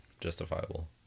justifiable